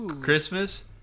christmas